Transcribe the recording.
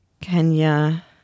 Kenya